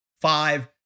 five